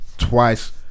twice